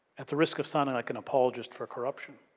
at the risk of sounding like an apologist for corruption.